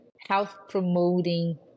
health-promoting